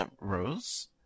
Rose